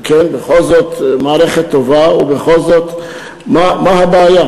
אם כן, בכל זאת מערכת טובה, ובכל זאת, מה הבעיה?